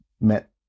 met